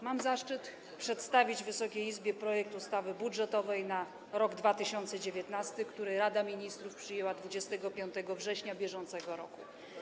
Mam zaszczyt przedstawić Wysokiej Izbie projekt ustawy budżetowej na rok 2019, który Rada Ministrów przyjęła 25 września br.